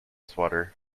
swatter